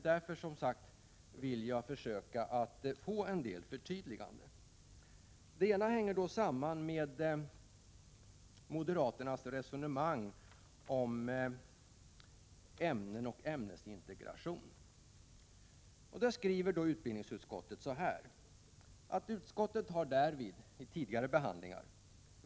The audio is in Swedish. Därför skulle jag som sagt vilja få ett par förtydliganden. Det ena hänger samman med moderaternas resonemang om ämnen och ämnesintegration. Utskottet skriver: ”Utskottet har därvid” — alltså vid tidigare behandlingar — ”bl.a.